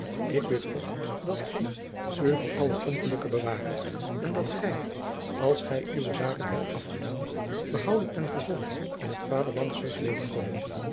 ik bid god dat hij u voor alle ongelukken beware en dat gij als gij uwe zaken hebt afgedaan behouden en gezond in het vaderland zult